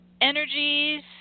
energies